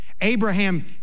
Abraham